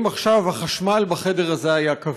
אם עכשיו החשמל בחדר הזה היה כבה?